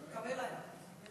קווי לילה.